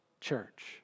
church